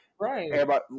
Right